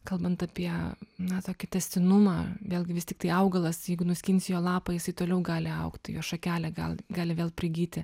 kalbant apie na tokį tęstinumą vėlgi vis tiktai augalas jeigu nuskinsi jo lapą jisai toliau gali augti jo šakelė gal gali vėl prigyti